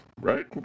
right